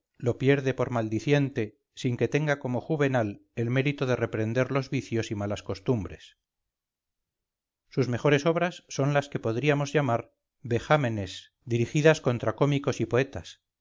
lo pierde por maldiciente sin que tenga como juvenal el mérito de reprender los vicios y malas costumbres sus mejores obras son las que podríamos llamar vejámenes dirigidas contra cómicos y poetas